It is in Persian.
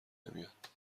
نمیاد